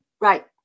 Right